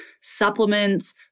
supplements